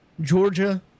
Georgia